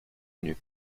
venue